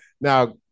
Now